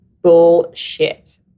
bullshit